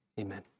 Amen